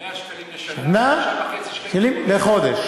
100 שקלים לשנה, 9.5 שקלים לחודש.